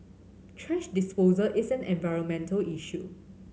thrash disposal is an environmental issue